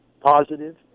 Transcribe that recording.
positive